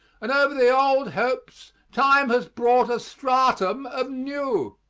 and over the old hopes time has brought a stratum of new.